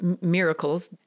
miracles